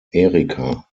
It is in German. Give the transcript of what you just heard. erika